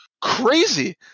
crazy